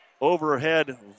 overhead